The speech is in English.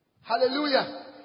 Hallelujah